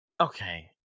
okay